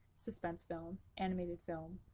suspense film, animated film,